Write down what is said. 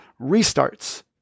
restarts